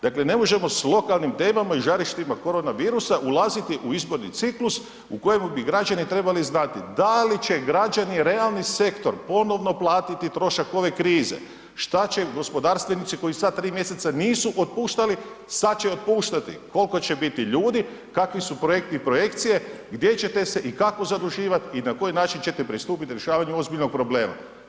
Dakle, ne možemo sa lokalnim temama i žarištima korona virusa ulaziti u izborni ciklus u kojemu bi građani trebali znati da li će građani realni sektor ponovno platiti trošak ove krize, šta će gospodarstvenici koji sad 3 mjeseca nisu otpuštali, sad će otpuštati, koliko će biti ljudi, kakvi su projekti i projekcije, gdje ćete se i kako zaduživati i na koji način ćete pristupit rješavanju ozbiljnog problema?